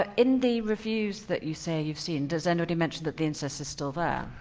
ah in the reviews that you say you've seen, does anybody mentioned that the incest is still there?